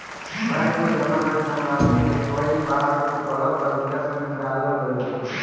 bank में जमा कईल धनराशि के कई बार गलत तरीका से निकालल गईल बा